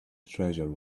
treasure